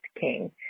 king